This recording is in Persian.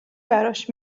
براش